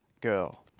girl